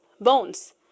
bones